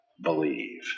believe